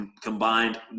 combined